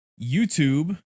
YouTube